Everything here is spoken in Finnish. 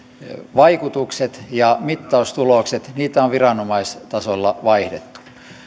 vaikutuksia ja mittaustuloksia on viranomaistasolla vaihdettu